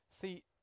See